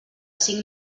cinc